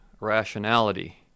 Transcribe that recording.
rationality